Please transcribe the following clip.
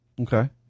Okay